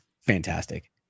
fantastic